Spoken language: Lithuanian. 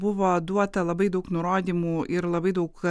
buvo duota labai daug nurodymų ir labai daug